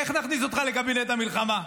איך נכניס אותך לקבינט המלחמה?